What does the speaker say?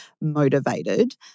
motivated